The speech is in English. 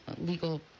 legal